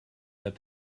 that